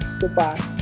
goodbye